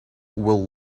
will